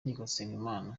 nsengimana